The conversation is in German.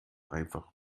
einfach